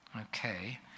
Okay